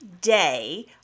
day